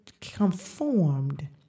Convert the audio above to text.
conformed